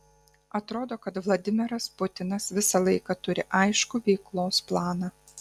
atrodo kad vladimiras putinas visą laiką turi aiškų veiklos planą